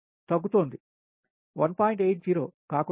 80 కాకుండా 1